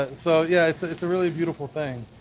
and so yeah it's it's a really beautiful thing.